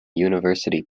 university